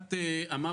אמר